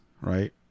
right